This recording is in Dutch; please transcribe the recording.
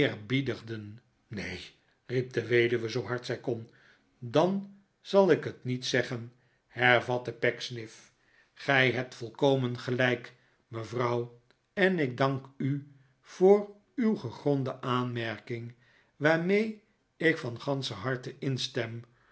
geeerbiedigden neen riep de weduwe zoo hard zij kon dan zal ik het niet zeggen hervatte pecksniff gij hebt volkomen gelijk mevrouw en ik dank u voor uw gegronde aanmerking waarmee ik van ganscher harte ihstem